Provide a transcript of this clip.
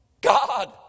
God